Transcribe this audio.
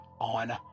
on